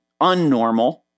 unnormal